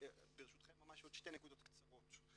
ברשותכם עוד שתי נקודות קצרות.